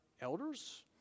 elders